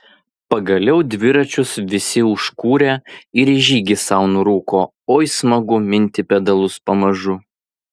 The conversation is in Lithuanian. pagaliau dviračius visi užkūrė ir į žygį sau nurūko oi smagu minti pedalus pamažu